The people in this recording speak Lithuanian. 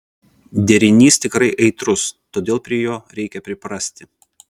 derinys tikrai aitrus todėl prie jo reikia priprasti